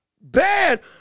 bad